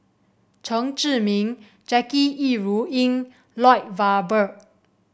Chen Zhiming Jackie Yi Ru Ying Lloyd Valberg